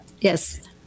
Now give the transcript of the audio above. yes